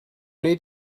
wnei